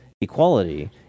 equality